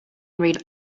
read